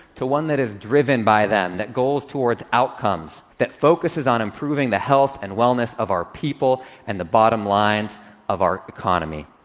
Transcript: to one that is driven by them, that goals toward the outcomes, that focuses on improving the health and wellness of our people and the bottom lines of our economy.